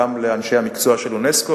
גם לאנשי המקצוע של אונסק"ו,